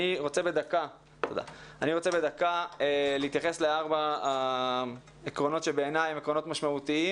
בדקה אני רוצה להתייחס לארבע העקרונות שבעיניי הם עקרונות משמעותיים